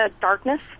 Darkness